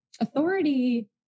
Authority